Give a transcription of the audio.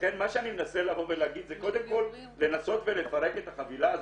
ולכן מה שאני מנסה לבוא ולהגיד זה קודם כל לנסות ולפרק את החבילה הזאת.